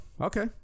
okay